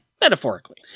metaphorically